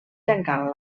tancant